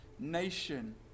nation